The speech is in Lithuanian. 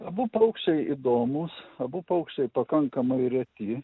abu paukščiai įdomūs abu paukščiai pakankamai reti